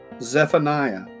Zephaniah